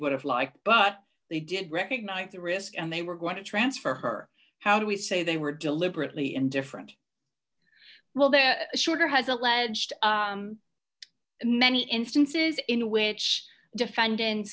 would have liked but they did recognize the risk and they were going to transfer her how do we say they were deliberately indifferent well there sugar has alleged many instances in which defend